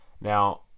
Now